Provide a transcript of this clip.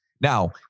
Now